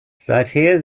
seither